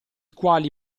quali